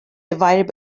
divided